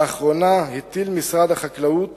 לאחרונה הטיל משרד החקלאות